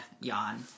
yawn